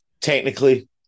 technically